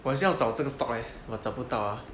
我也是要找这个:wo yei shi yao zhao zhe ge stock eh but 找不到啊